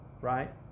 Right